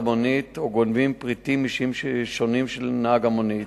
המונית וגונבים פריטים אישיים של נהג המונית,